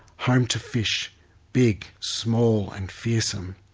home to fish big, small and fearsome.